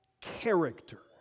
character